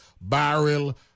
barrel